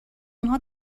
آنها